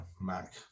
Mac